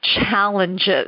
challenges